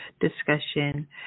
discussion